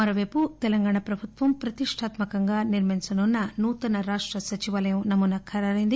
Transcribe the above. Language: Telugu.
మరోపైపు తెలంగాణ ప్రభుత్వం ప్రతిష్ణాత్మకంగా నిర్మించనున్న నూతన రాష్ట సచివాలయం నమూనా ఖరారైంది